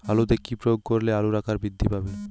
আলুতে কি প্রয়োগ করলে আলুর আকার বৃদ্ধি পাবে?